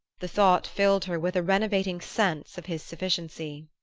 the thought filled her with a renovating sense of his sufficiency.